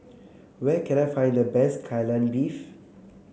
where can I find the best Kai Lan Beef